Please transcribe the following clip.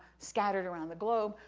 scattered around the globe,